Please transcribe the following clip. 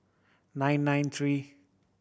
nine nine three